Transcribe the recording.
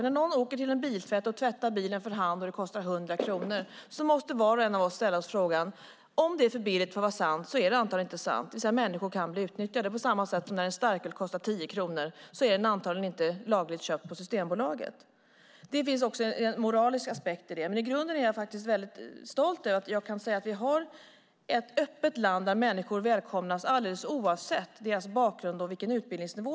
När någon åker till en biltvätt och får bilen tvättad för hand och det kostar 100 kronor måste var och en av oss tänka: Om det är för billigt för att vara sant är det antagligen inte sant. Vissa människor kan bli utnyttjade, på samma sätt som en starköl som kostar 10 kronor antagligen inte är lagligt köpt på Systembolaget. Det finns en moralisk aspekt i detta, men i grunden är jag väldigt stolt över att kunna säga att vi har ett öppet land där människor välkomnas alldeles oavsett bakgrund och utbildningsnivå.